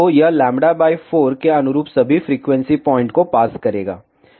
तो यह λ 4 के अनुरूप सभी फ्रीक्वेंसी पॉइंट को पास करेगा